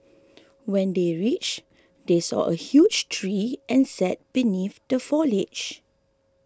when they reached they saw a huge tree and sat beneath the foliage